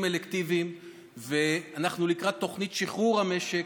אלקטיביים ואנחנו לקראת תוכנית שחרור המשק.